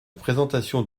présentation